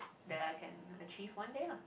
that I can achieve one day lah